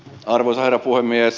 arvoisa herra puhemies